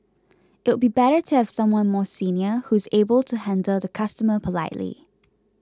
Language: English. it'll be better to have someone more senior who's able to handle the customer politely